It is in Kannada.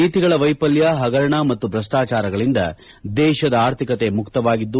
ನೀತಿಗಳ ವೈಫಲ್ಯ ಹಗರಣ ಮತ್ತು ಭ್ರಷ್ಪಾಚಾರಗಳಿಂದ ದೇಶದ ಆರ್ಥಿಕತೆ ಮುಕ್ತವಾಗಿದ್ದು